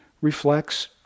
reflects